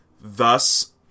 thus